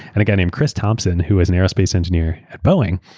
and a guy named chris thompson who is an aerospace engineer at boeing.